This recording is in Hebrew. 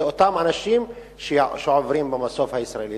אלה אותם אנשים שעוברים במסוף הישראלי.